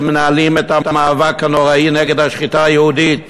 מנהלים את המאבק הנורא נגד השחיטה היהודית